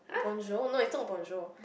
bonjour no its not bonjour